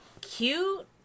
cute